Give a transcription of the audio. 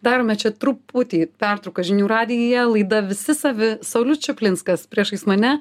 darome čia truputį pertrauką žinių radijuje laida visi savi saulius čaplinskas priešais mane